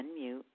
unmute